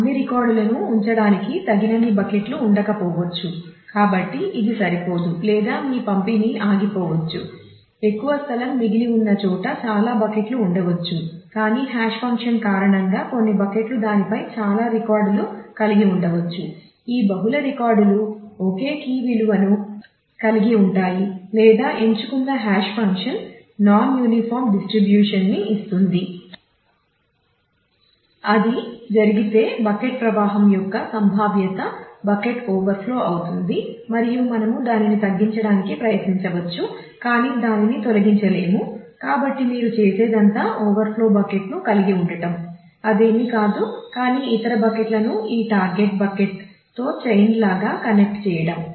అది జరిగితే బకెట్ ప్రవాహం యొక్క సంభావ్యతతో చైన్ లాగా కనెక్ట్ చేయడం